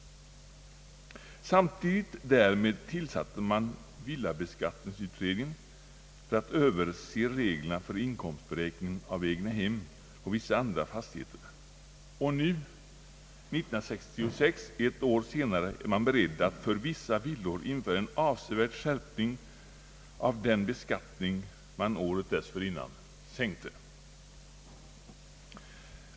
Samtidigt därmed tillsatte man villabeskattningsutredningen för att överse reglerna för inkomstberäkningen av egnahem och vissa andra fastigheter. Nu 1966 är man beredd att för vissa villor införa en avsevärd skärpning av den beskattning man året dessförinnan sänkte.